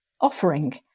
offering